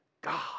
God